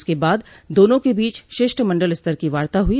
इसके बाद दोनों के बीच शिष्टमंडल स्तर की वार्ता हुई